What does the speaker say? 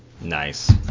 nice